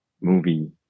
movie